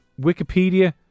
Wikipedia